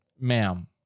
ma'am